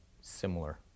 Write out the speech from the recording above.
similar